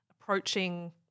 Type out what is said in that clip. approaching